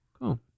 Cool